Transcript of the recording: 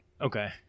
Okay